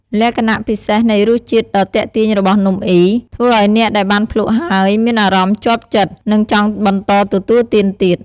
លក្ខណៈពិសេសនៃរសជាតិដ៏ទាក់ទាញរបស់នំអុី ធ្វើឱ្យអ្នកដែលបានភ្លក់ហើយមានអារម្មណ៍ជាប់ចិត្ត និងចង់បន្តទទួលទានទៀត។